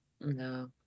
No